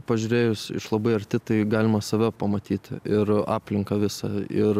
pažiūrėjus iš labai arti tai galima save pamatyti ir aplinką visą ir